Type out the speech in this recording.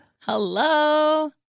Hello